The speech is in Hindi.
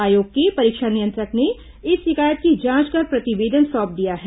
आयोग के परीक्षा नियंत्रक ने इस शिकायत की जांच कर प्रतिवेदन सौंप दिया है